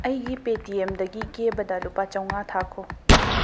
ꯑꯩꯒꯤ ꯄꯦꯇꯤꯑꯦꯝꯗꯒꯤ ꯀꯦꯕꯗ ꯂꯨꯄꯥ ꯆꯥꯝꯉꯥ ꯊꯥꯈꯣ